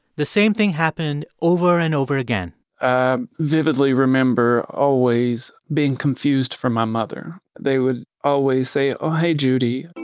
the same thing happened over and over again i vividly remember always being confused for my mother. they would always say, ah hey judy,